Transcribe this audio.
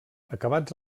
acabats